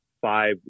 five